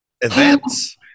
events